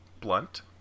Blunt